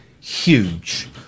huge